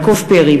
יעקב פרי,